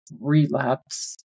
relapse